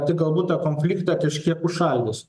tai galbūt tą konfliktą kažkiek užšaldys